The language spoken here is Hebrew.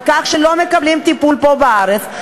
על כך שהם לא מקבלים טיפול פה בארץ,